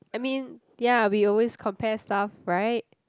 I mean ya we always compare stuff right